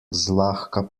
zlahka